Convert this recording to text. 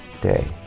day